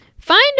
Find